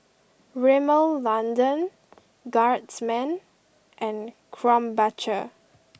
Rimmel London Guardsman and Krombacher